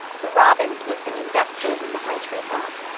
the robins were singing vespers in the high treetops,